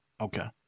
Okay